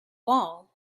wall